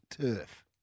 Turf